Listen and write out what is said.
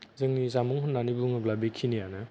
जोंनि जामुं होननानै बुङोब्ला बेखिनियानो